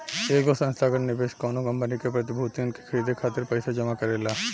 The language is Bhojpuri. एगो संस्थागत निवेशक कौनो कंपनी के प्रतिभूतियन के खरीदे खातिर पईसा जमा करेला